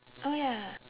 oh ya